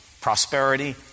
Prosperity